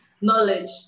Knowledge